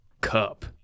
cup